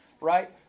Right